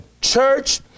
church